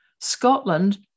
Scotland